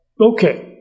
Okay